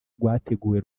rwateguwe